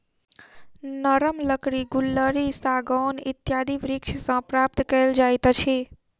नरम लकड़ी गुल्लरि, सागौन इत्यादि वृक्ष सॅ प्राप्त कयल जाइत अछि